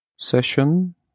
session